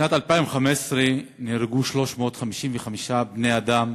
בשנת 2015 נהרגו 355 בני-אדם